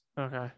Okay